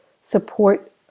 support